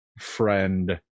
friend